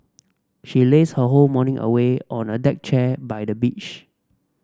she lazed her whole morning away on a deck chair by the beach